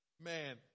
Man